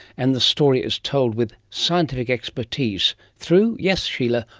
and the story is told with scientific expertise through, yes sheila,